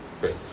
Great